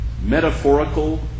metaphorical